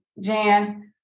Jan